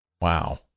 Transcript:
Wow